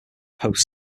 post